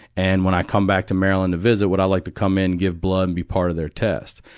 and when i come back to maryland to visit, would i like to come and give blood and be part of their test?